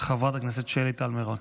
חברת הכנסת שלי טל מירון.